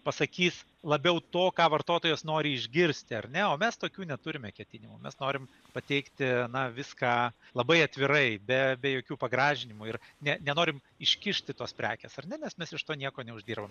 pasakys labiau to ką vartotojas nori išgirsti ar ne o mes tokių neturime ketinimų mes norim pateikti na viską labai atvirai be be jokių pagražinimų ir ne nenorim iškišti tos prekės ar ne nes mes iš to nieko neuždirbam